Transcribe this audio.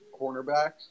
cornerbacks